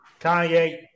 Kanye